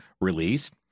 released